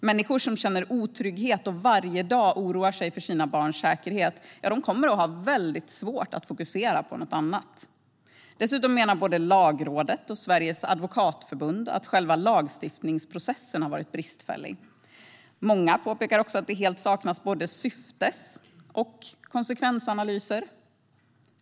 Människor som känner otrygghet och varje dag oroar sig för sina barns säkerhet kommer att ha väldigt svårt att fokusera på något annat. Dessutom menar både Lagrådet och Sveriges Advokatsamfund att själva lagstiftningsprocessen har varit bristfällig. Många påpekar att det helt saknas både syftes och konsekvensanalyser.